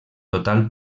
total